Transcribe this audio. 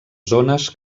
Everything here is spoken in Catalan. zones